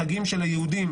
החגים של היהודים,